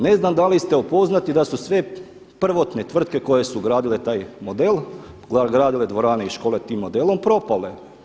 Ne znam da li ste upoznati da su sve prvotne tvrtke koje su gradile taj model gradile dvorane i škole tim modelom propale?